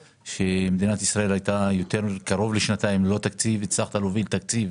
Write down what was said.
שמדינת ישראל הייתה קרוב לשנתיים ללא תקציב הצלחת להוביל תקציב